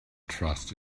trust